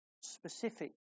specific